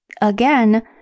again